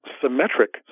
symmetric